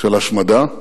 של השמדה,